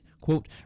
quote